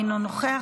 אינו נוכח,